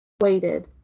waited